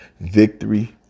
victory